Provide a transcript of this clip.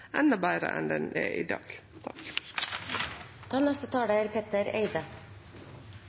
endå betre enn ho er i dag.